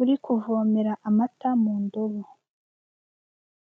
uri kuvomera amata mu ndobo.